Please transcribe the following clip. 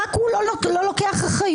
רק הוא לא לוקח אחריות.